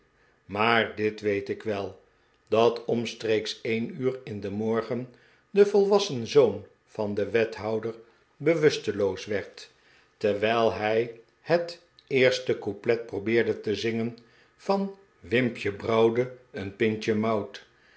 maar dit weet ik wel dat omstreeks een uur in den morgen de volwassen zoon van den wethouder bewusteloos werd terwijl hij het eerste couplet probeerde te zingen van wimpje brouwde een pintje mout